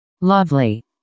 Lovely